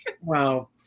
Wow